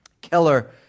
Keller